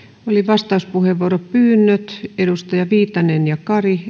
oli vastauspuheenvuoropyynnöt edustaja viitanen ja kari